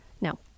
no